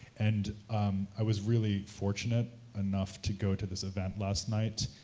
and i was really fortunate enough to go to this event last night,